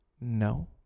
No